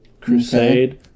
crusade